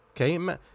okay